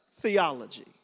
theology